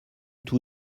tout